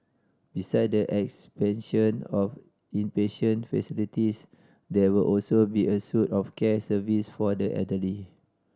beside the expansion of inpatient facilities there will also be a suit of care service for the elderly